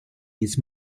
jetzt